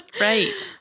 right